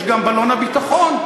יש גם בלון הביטחון.